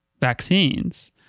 vaccines